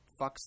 fucks –